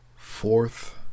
Fourth